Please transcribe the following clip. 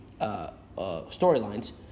storylines